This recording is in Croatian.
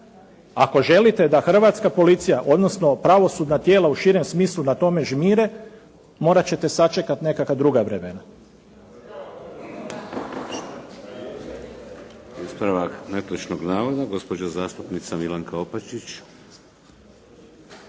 Ako želite da hrvatska policija odnosno pravosudna tijela u širem smislu na tome žmire morat ćete sačekati nekakva druga vremena.